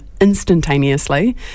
instantaneously